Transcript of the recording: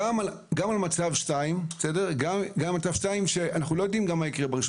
גם על מצב 2 כי אנחנו לא יודעים מה מקרה ב-1